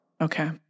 Okay